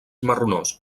marronós